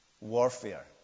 warfare